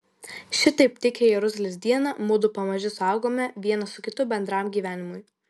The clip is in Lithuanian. šitaip tykią jeruzalės dieną mudu pamaži suaugome vienas su kitu bendram gyvenimui